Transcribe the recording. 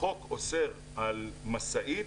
החוק אוסר על משאית